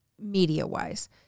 media-wise